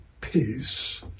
peace